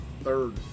third